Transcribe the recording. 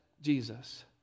Jesus